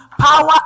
power